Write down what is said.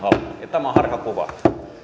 tämä on harhakuva